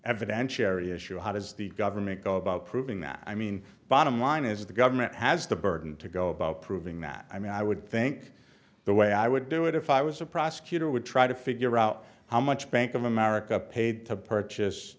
evidentiary issue how does the government go about proving that i mean bottom line is the government has the burden to go about proving that i mean i would think the way i would do it if i was a prosecutor would try to figure out how much bank of america paid to purchase